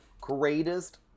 greatest